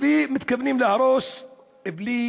ומתכוונים להרוס בלי